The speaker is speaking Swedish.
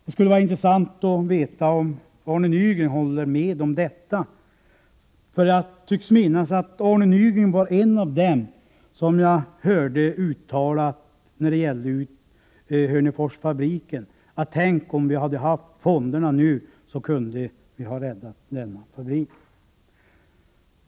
Det skulle vara intressant att få veta om Arne Nygren håller med om detta. Jag tycker mig minnas att Arne Nygren var en av dem som när det gällde Hörneforsfabriken uttalade: Tänk om vi hade haft fonderna nu. Då kunde vi ha räddat denna fabrik.